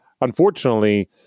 Unfortunately